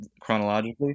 chronologically